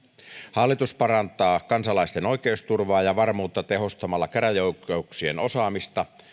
hallitus parantaa kansalaisten oikeusturvaa ja varmuutta tehostamalla käräjäoikeuksien osaamista